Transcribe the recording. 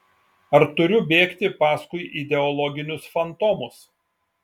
ar turiu bėgti paskui ideologinius fantomus